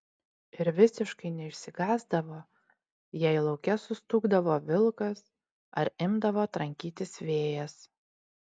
ir visiškai neišsigąsdavo jei lauke sustūgdavo vilkas ar imdavo trankytis vėjas